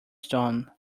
stone